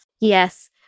Yes